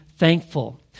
thankful